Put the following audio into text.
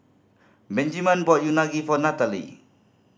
Benjiman brought Unagi for Nathaly